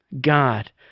God